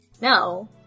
No